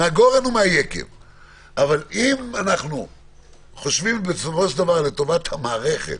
אבל אם אנחנו חושבים לטובת המערכת